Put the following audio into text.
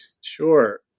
Sure